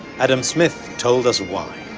adam smith told us why.